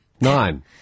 nine